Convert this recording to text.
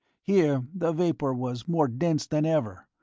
here the vapour was more dense than ever,